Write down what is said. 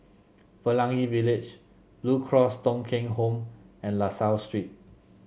Pelangi Village Blue Cross Thong Kheng Home and La Salle Street